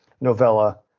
novella